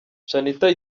shanitah